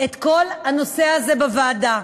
את כל הנושא הזה בוועדה.